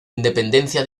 independencia